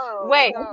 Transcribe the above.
Wait